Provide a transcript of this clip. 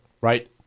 Right